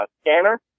scanner